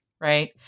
right